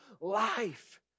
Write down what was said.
life